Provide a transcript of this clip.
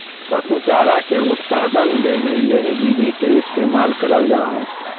पशु चारा के उत्पादन ले भी यही विधि के इस्तेमाल करल जा हई